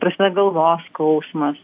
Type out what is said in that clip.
prasideda galvos skausmas